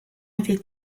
était